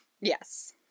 Yes